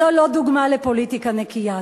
זו לא דוגמה לפוליטיקה נקייה.